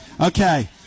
Okay